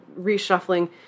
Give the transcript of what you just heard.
reshuffling